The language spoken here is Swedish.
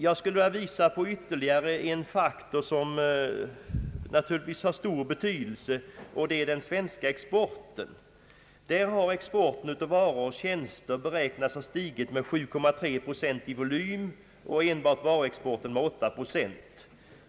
Jag skulle vilja visa på ytterligare en faktor som naturligtvis har stor betydelse, och det är den svenska exporten. Utförseln av varor och tjänster beräknas ha stigit med 7,3 procent i volym och enbart varuexporten med 8 procent.